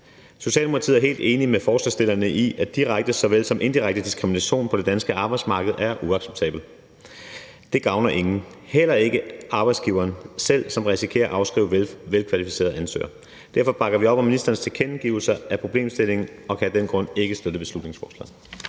Socialdemokratiet er helt enig med forslagsstillerne i, at direkte såvel som indirekte diskrimination på det danske arbejdsmarked er uacceptabelt. Det gavner ingen, heller ikke arbejdsgiveren selv, som risikerer at afskrive velkvalificerede ansøgere. Derfor bakker vi op om ministerens tilkendegivelser i forhold til problemstillingen og kan af den grund ikke støtte beslutningsforslaget.